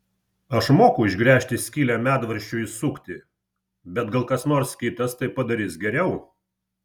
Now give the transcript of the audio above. aš moku išgręžti skylę medvaržčiui įsukti bet gal kas nors kitas tai padarys geriau